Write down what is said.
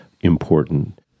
important